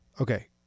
Okay